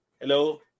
hello